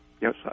Yes